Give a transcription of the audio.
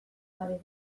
gabe